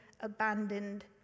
abandoned